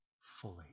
fully